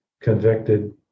convicted